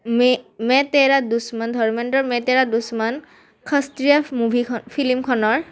মে মে তেৰা দুশমন ধৰ্মেন্দ্ৰ মে তেৰা দুশমান খাস্ত্ৰিয়া মুভিখ ফিল্মখনৰ